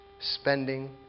spending